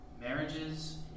marriages